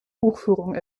buchführung